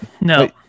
no